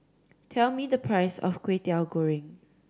tell me the price of Kwetiau Goreng